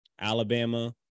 Alabama